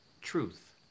Truth